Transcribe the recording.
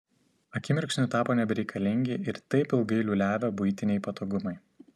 akimirksniu tapo nebereikalingi ir taip ilgai liūliavę buitiniai patogumai